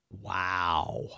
Wow